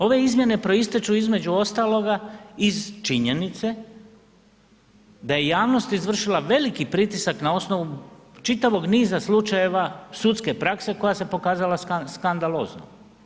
Ove izmjene proističu između ostaloga iz činjenice da je javnost izvršila veliki pritisak na osnovu čitavog niza slučajeva sudske prakse koja se pokazala skandaloznom.